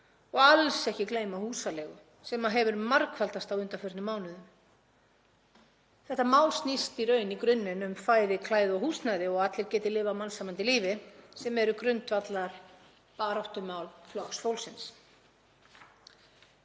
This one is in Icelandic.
og alls ekki gleyma húsaleigu sem hefur margfaldast á undanförnum mánuðum. Þetta mál snýst í raun í grunninn um fæði, klæði og húsnæði og að allir geti lifað mannsæmandi lífi, sem eru grundvallarbaráttumál Flokks fólksins.